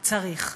צריך.